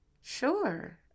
sure